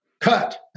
cut